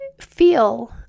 feel